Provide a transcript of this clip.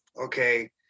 okay